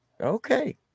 okay